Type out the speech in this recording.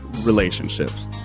relationships